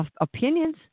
opinions